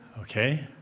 Okay